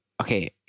Okay